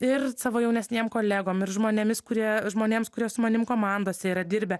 ir savo jaunesniem kolegom ir žmonėmis kurie žmonėms kurie su manim komandose yra dirbę